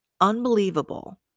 Unbelievable